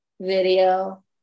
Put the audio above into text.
video